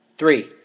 Three